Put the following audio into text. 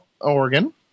Oregon